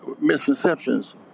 misconceptions